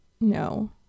no